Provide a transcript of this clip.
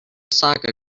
saga